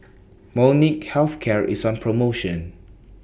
Molnylcke Health Care IS on promotion